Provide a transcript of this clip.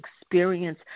experience